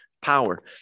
power